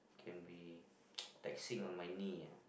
can be taxing on my knee ah